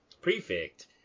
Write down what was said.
Prefect